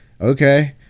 Okay